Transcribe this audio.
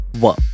Work